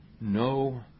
no